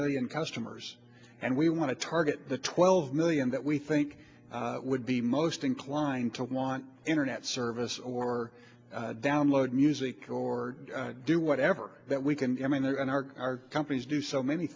million customers and we want to target the twelve million that we think would be most inclined to want internet service or download music or do whatever that we can i mean there are companies do so many